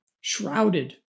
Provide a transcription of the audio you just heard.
shrouded